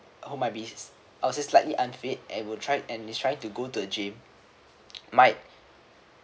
who might be I would say slightly unfit and will try and they trying to go to the gym might